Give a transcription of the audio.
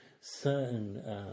certain